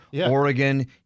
Oregon